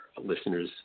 listeners